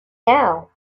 now